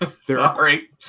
Sorry